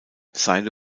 seile